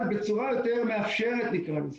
אבל בצורה יותר מאפשרת, נקרא לזה.